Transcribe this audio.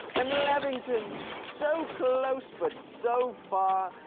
and levington. so close, but so far.